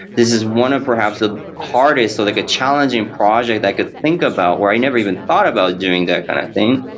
this is one of perhaps the hardest or like a challenging project that i could think about where i never even thought about doing that kind of thing.